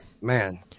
man